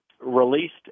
released